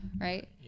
right